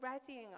readying